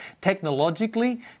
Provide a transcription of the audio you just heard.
technologically